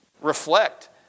reflect